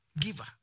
giver